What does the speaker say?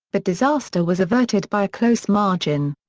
but disaster was averted by a close margin.